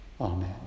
Amen